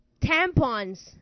tampons